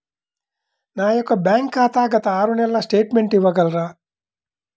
నా యొక్క బ్యాంక్ ఖాతా గత ఆరు నెలల స్టేట్మెంట్ ఇవ్వగలరా?